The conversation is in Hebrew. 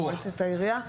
מועצת העירייה.